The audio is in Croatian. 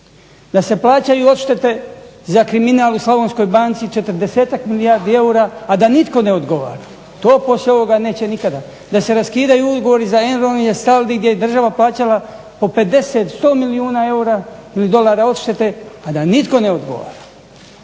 da se plaćaju odštete za kriminal u Slavonskoj banci četrdesetak milijardi eura, a da nitko ne odgovara. To poslije ovoga neće nikada, da se raskidaju ugovori … /Govornik se ne razumije./ … država plaćala po 50 ili 100 milijuna eura ili dolara odštete a da nitko ne odgovara,